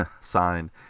sign